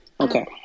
Okay